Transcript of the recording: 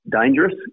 dangerous